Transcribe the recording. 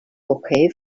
hockey